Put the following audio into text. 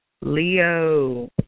Leo